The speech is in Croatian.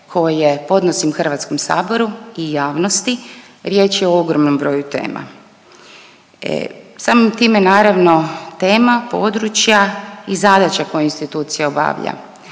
koje podnosim HS-u i javnosti, riječ je o ogromnom broju tema. Samim time naravno tema područja i zadaća koje institucija obavlja